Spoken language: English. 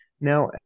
now